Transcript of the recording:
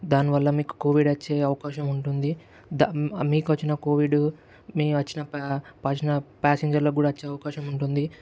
దానివల్ల మీకు కోవిడ్ అచ్చే అవకాశం ఉంటుంది ద మీకొచ్చిన కోవిడు మే వచ్చిన పా పాసింజర్లకు కూడా వచ్చే అవకాశం ఉంటుంది